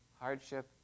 hardship